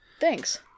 Thanks